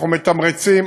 ואנחנו מתמרצים.